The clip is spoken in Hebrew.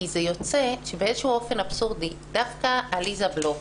יוצא שבאיזשהו אופן אבסורדי דווקא עליזה בלוך,